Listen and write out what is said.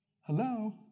Hello